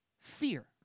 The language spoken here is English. fear